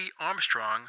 Armstrong